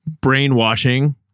brainwashing